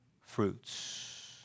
fruits